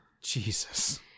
Jesus